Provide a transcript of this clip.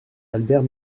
albert